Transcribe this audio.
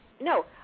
no